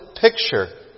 picture